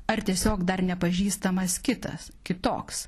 ar tiesiog dar nepažįstamas kitas kitoks